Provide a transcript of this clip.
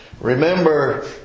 Remember